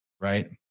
right